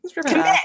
Commit